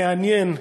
מעניין,